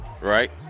right